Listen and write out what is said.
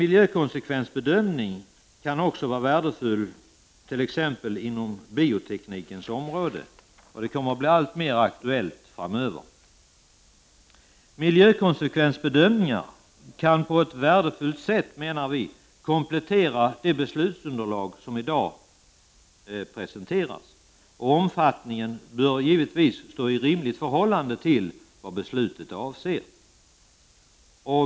Miljökonsekvensbedömningar kan också vara värdefulla t.ex. inom bioteknikens område. Det kan bli alltmer aktuellt framöver. Miljökonsekvensbedömningar kan vara ett värdefullt komplement till det beslutsunderlag som i dag presenteras. Omfattningen bör givetvis stå i rimligt förhållande till vad beslutet avser.